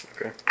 Okay